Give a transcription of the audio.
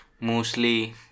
mostly